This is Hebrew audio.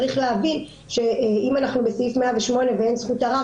צריך להבין שאם אנחנו בסעיף 108 ואין זכות ערר,